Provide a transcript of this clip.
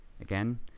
again